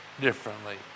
differently